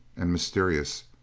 and mysterious.